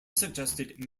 suggested